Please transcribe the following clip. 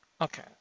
Okay